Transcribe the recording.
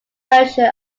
version